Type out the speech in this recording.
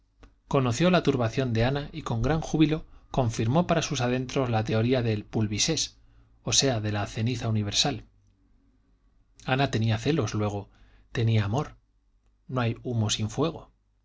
conoció la turbación de ana y con gran júbilo confirmó para sus adentros la teoría del pulvisés o sea de la ceniza universal ana tenía celos luego tenía amor no hay humo sin fuego